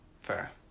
Fair